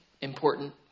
important